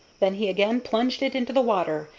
then he again plunged it into the water,